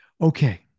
Okay